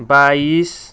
बाइस